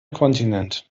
kontinent